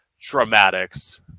dramatics